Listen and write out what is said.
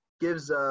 gives